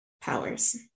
powers